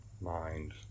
mind